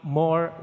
more